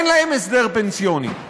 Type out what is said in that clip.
אין להם הסדר פנסיוני.